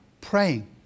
praying